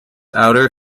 outer